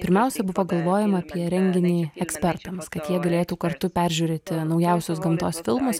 pirmiausia buvo galvojama apie renginį ekspertams kad jie galėtų kartu peržiūrėti naujausius gamtos filmus